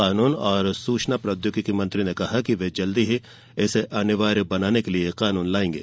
कानून और सूचना प्रौद्योगिकी मंत्री ने कहा कि वे जल्द ही इसे अनिवार्य बनाने के लिए कानून लाएंगे